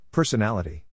Personality